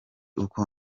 uko